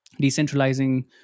decentralizing